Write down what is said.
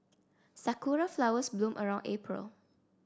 Sakura flowers bloom around April